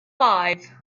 five